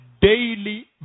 daily